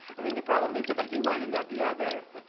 i mean the problem is if you do one and not the other.